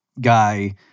guy